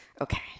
Okay